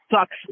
sucks